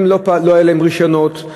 לא היו להן רישיונות,